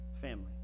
family